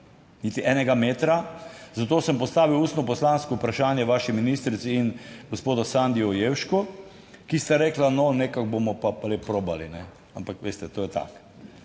niti enega metra. Zato sem postavil ustno poslansko vprašanje vaši ministrici in gospodu Sandiju Jevšku, ki sta rekla, no, nekako bomo pa le probali, ampak veste, to je tako.